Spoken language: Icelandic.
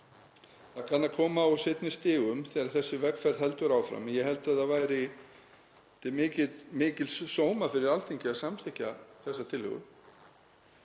það kann að koma á seinni stigum þegar þessi vegferð heldur áfram. Ég held að það væri til mikils sóma fyrir Alþingi að samþykkja þessa tillögu